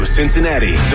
Cincinnati